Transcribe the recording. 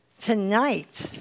Tonight